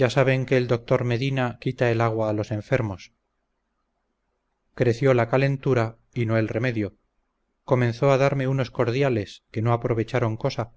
ya saben que el doctor medina quita el agua a los enfermos creció la calentura y no el remedio comenzó a darme unos cordiales que no aprovecharon cosa